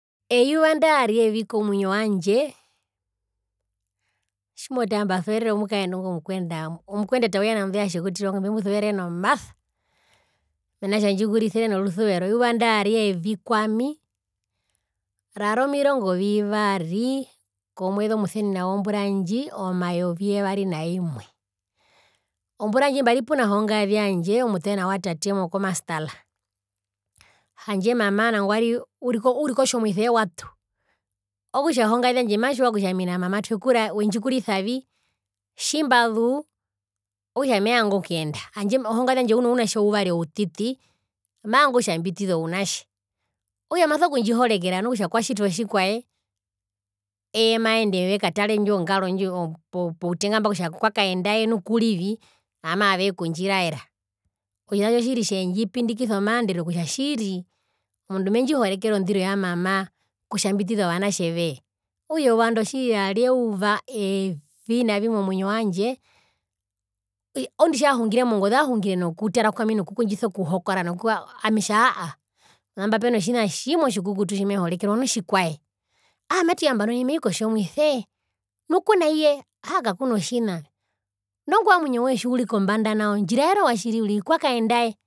Eyuva ndari evi komwinyo wandje tjimotara mbasuverere omukaendu ngo mukuendata woya nandu ya tjikutirua mbemusuverere nomasa, mena rokutja wendjikurisire norusuvero eyuva ndari evi kwami rari omirongo vivari komweze imbo musenina ombura ndji mayovi yevari naimwe ombura ndjo mbari puna hongaze yandje omutena wa tate mo khomasdal handje mama nangwari uri kotjomuise eye watu okutja hongaze yandje matjiwa kutja ami na mama twekuravi tjimbazuu okutja mevanga okuyenda hanjde hongaze yandje uno unatje uvari outiti maanga kutja mbitize ounatje okutja maso kundjihorekera nu kutja kwatjitwa otjikwae eye maende vekatare ongaro ndji poutenga mba kutja kwakaenda otjikwae nu kurivi amaa vekundjiraera otjina tjo tjiri tjendjipindikisa omaandero kutja tjiiri omundu mendjihorekere ondiro yamama kutja mbitize ovanatje ve okutja eyuva ndo tjiri yari euva evi navi momwinyo wandje oondi tjahungire mongoze aahungire nokutara kwami nokukondjisa okuhokora noku ami etja aahaa pona mba peno tjina tjimwe otjikukutu tjimehorekerwa nu otjikwae, aahaa matuya nambano nai mei kotjomuise. nu kunaiye, aahaa kakuna tjina nu ongwae omwinyo woye tjiuri kombanda nao ndji raera owatjiri uriri kwakaendae?